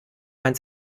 mein